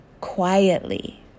quietly